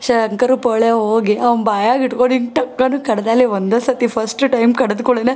ಶಂಕರ್ ಪೋಳೆ ಹೋಗಿ ಅವು ಬಾಯಾಗ ಇಟ್ಕೊಂಡು ಹಿಂಗೆ ಟಕ್ಕನು ಕಡದೆಲೆ ಒಂದು ಸರ್ತಿ ಫಸ್ಟ್ ಟೈಮ್ ಕಡ್ದ ಕೂಡ್ಲೆನೆ